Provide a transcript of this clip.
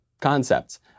concepts